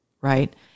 right